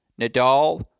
Nadal